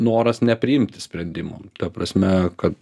noras nepriimti sprendimų ta prasme kad